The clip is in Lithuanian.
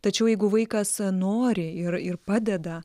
tačiau jeigu vaikas nori ir ir padeda